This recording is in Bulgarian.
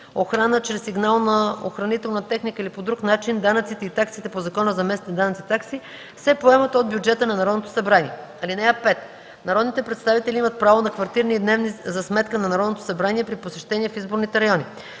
охрана чрез сигнална охранителна техника или по друг начин, данъците и таксите по Закона за местните данъци и такси се поемат от бюджета на Народното събрание. (5) Народните представители имат право на квартирни и дневни за сметка на Народното събрание при посещение в изборните райони.